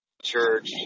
church